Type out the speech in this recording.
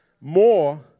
more